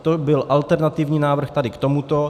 To byl alternativní návrh tady k tomuto.